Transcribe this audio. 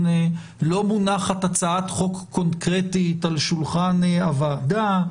לא מונחת הצעת חוק קונקרטית על שולחן הוועדה,